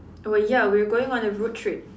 well ya we're going on a road trip